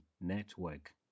Network